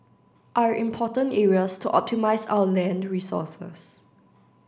are important areas to optimise our land resources